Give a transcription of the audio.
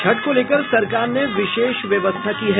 छठ को लेकर सरकार ने विशेष व्यवस्था की है